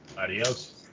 Adios